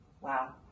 Wow